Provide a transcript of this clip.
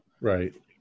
Right